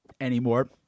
anymore